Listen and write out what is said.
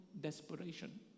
Desperation